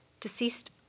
deceased